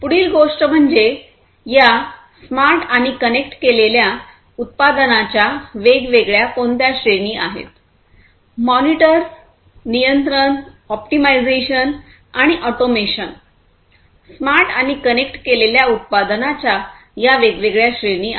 पुढील गोष्ट म्हणजे या स्मार्ट आणि कनेक्ट केलेल्या उत्पादनांच्या वेगवेगळ्या कोणत्या श्रेणी आहेत मॉनिटर नियंत्रण ऑप्टिमायझेशन आणि ऑटोमेशन स्मार्ट आणि कनेक्ट केलेल्या उत्पादनांच्या या वेगवेगळ्या श्रेणी आहेत